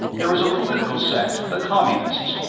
there is a political sect, the communists,